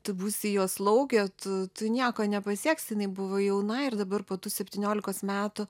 tu būsi jo slaugė tu tu nieko nepasieksi jinai buvo jauna ir dabar po tų septyniolikos metų